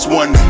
one